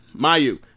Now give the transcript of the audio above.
mayu